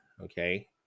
okay